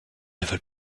veulent